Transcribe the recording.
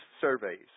surveys